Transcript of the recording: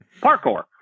parkour